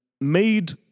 made